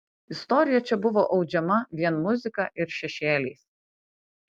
istorija čia buvo audžiama vien muzika ir šešėliais